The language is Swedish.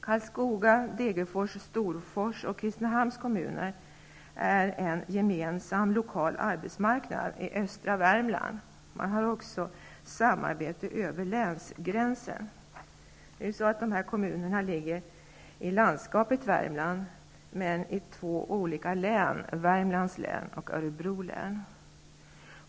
Karlskoga, Degerfors, Storfors och Kristinehamns kommuner är en gemensam lokal arbetsmarknad i östra Värmland och man har också samarbete över länsgränsen. De här kommunerna ligger ju i landskapet Värmland, men i två olika län, Värmlands och Örebro.